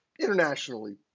internationally